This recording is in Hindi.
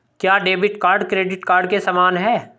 क्या डेबिट कार्ड क्रेडिट कार्ड के समान है?